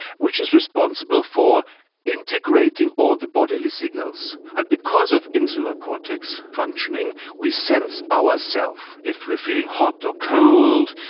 which is responsible for integrating all the bodily signals. and because of insular cortex functioning we sense ourselves. if we are feeling hot or cold,